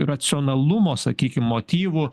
racionalumo sakykim motyvų